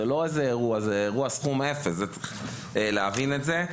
מדובר באירוע סכום אפס וצריך להבין את זה.